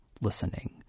listening